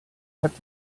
kept